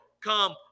come